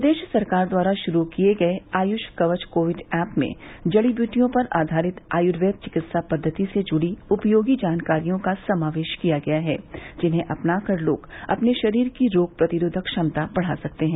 प्रदेश सरकार द्वारा शुरू किए गए आय्ष कवच कोविड ऐप में जड़ी बूटियों पर आधारित आय्र्वेद चिकित्सा पद्वति से जुड़ी उपयोगी जानकारियों का समावेश किया गया है जिन्हें अपनाकर लोग अपने शरीर की रोग प्रतिरोधक क्षमता बढ़ा सकते हैं